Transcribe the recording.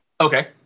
Okay